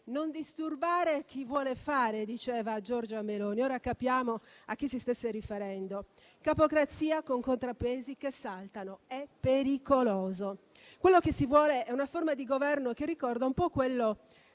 Non disturbare chi vuole fare, diceva Giorgia Meloni; ora capiamo a chi si stesse riferendo. Capocrazia con contrappesi che saltano. È pericoloso. Quello che si vuole è una forma di Governo che ricorda un po' quello